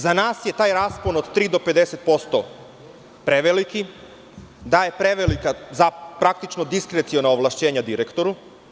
Za nas je taj raspon od 3-50% preveliki, daje prevelika diskreciona ovlašćenja direktoru.